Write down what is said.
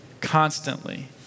constantly